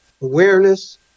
awareness